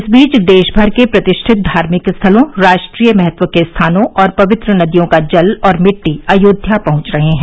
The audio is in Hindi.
इस बीच देश भर के प्रतिष्ठित धार्मिक स्थलों राष्ट्रीय महत्व के स्थानों और पवित्र नदियों का जल और मिट्टी अयोध्या पहुंच रहे हैं